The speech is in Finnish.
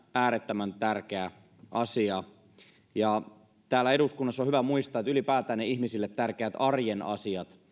äärettömän tärkeä asia täällä eduskunnassa on hyvä muistaa että ylipäätään ne ihmisille tärkeät arjen asiat